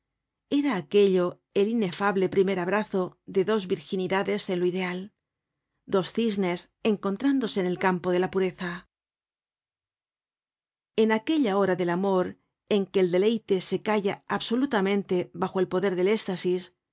era aquello el inefable primer abrazo de dos virginidades en lo ideal dos cisnes encontrándose en el campo de la pureza en aquella hora del amor en que el deleite se calla absolutamente bajo el poder del éstasis